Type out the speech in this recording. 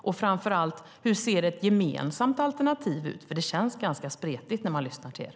Och framför allt: Hur ser ett gemensamt alternativ ut? Det känns ganska spretigt när man lyssnar till er.